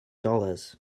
dollars